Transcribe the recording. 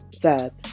verb